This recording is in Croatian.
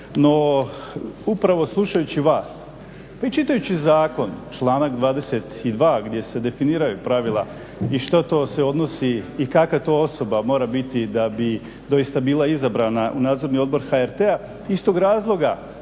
No upravo slušajući vas pa i čitajući zakon, članak 22.gdje se definiraju pravila i što to se to odnosi i kakva to osoba mora biti da bi doista bila izabrana u Nadzorni odbor HRT-a iz tog razloga